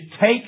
take